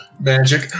Magic